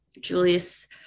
Julius